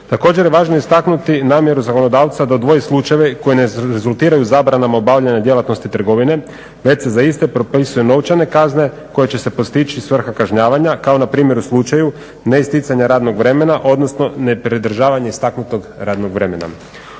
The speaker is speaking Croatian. Također je važno istaknuti namjeru zakonodavca da odvoji slučajeve koji ne rezultiraju zabranama obavljanja djelatnosti trgovine već se za iste propisuje novčane kazne kojim će se postići svrha kažnjavanja, kao npr. u slučaju neisticanja radnog vremena odnosno nepridržavanje istaknutog radnog vremena.